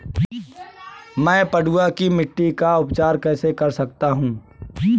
मैं पडुआ की मिट्टी का उपचार कैसे कर सकता हूँ?